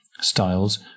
Styles